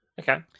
Okay